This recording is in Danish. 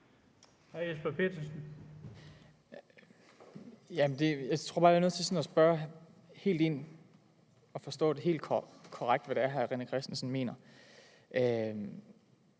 Jeg tror bare, at jeg er nødt til at spørge helt ind for at forstå helt korrekt, hvad det er, hr. René Christensen mener.